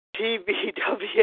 TBW